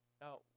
Now